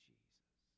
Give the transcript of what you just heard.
Jesus